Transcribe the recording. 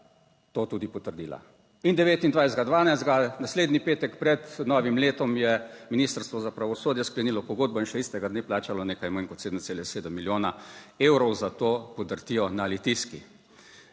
to tudi potrdila in 29. 12. naslednji petek pred novim letom je Ministrstvo za pravosodje sklenilo pogodbo in še istega dne plačalo nekaj manj kot 7,7 milijona evrov za to podrtijo na Litijski.